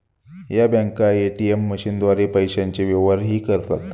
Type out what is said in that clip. या बँका ए.टी.एम मशीनद्वारे पैशांचे व्यवहारही करतात